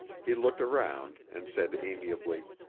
he looked around and said amiably,